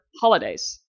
holidays